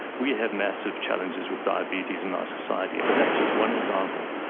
we have massive challenges with diabetes in our society, and but that's just one example.